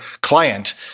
client